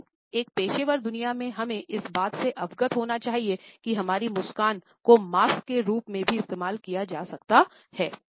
लेकिन एक पेशेवर दुनिया में हमें इस बात से अवगत होना चाहिए कि हमारी मुस्कान को मास्क के रूप में भी इस्तेमाल किया जा सकता है